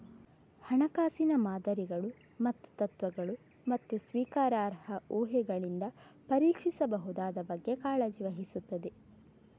ಹಣಕಾಸಿನ ಮಾದರಿಗಳು ಮತ್ತು ತತ್ವಗಳು, ಮತ್ತು ಸ್ವೀಕಾರಾರ್ಹ ಊಹೆಗಳಿಂದ ಪರೀಕ್ಷಿಸಬಹುದಾದ ಬಗ್ಗೆ ಕಾಳಜಿ ವಹಿಸುತ್ತದೆ